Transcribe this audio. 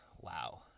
Wow